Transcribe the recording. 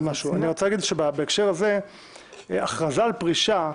אני רוצה להגיד שבהקשר הזה הכרזה על פרישה,